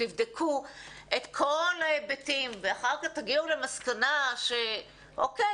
תבדקו את כל ההיבטים ואחר כך תגיעו למסקנה שאוקיי,